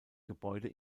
gebäude